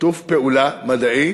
שיתוף פעולה מדעי